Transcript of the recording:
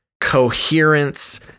coherence